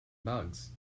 bugs